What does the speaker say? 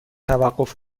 توقف